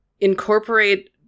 incorporate